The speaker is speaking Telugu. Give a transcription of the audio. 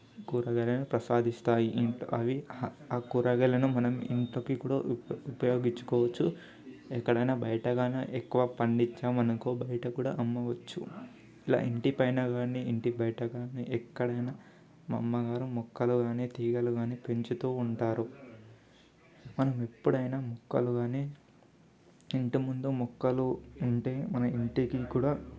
కూరగాయలను ప్రసాదిస్తాయి ఇంకా అవి ఆ కూరగాయలను మనం ఇంట్లోకి కూడా ఉప ఉపయోగించుకోవచ్చు ఎక్కడైనా బయట గాన ఎక్కువ పండించామనుకో బయట కూడా అమ్మవచ్చు ఇలా ఇంటిపైన కానీ ఇంటి బయట కాని ఎక్కడైనా మా అమ్మగారు మొక్కలు కాని తీగలు కానీ పెంచుతూ ఉంటారు మనం ఎప్పుడైనా మొక్కలు కానీ ఇంటి ముందు మొక్కలు ఉంటే మన ఇంటికి కూడా